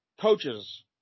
coaches